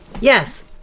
Yes